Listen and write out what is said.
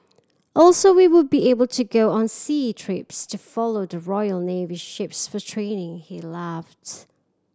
also we would be able to go on sea trips to follow the Royal Navy ships for training he laughed